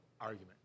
argument